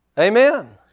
Amen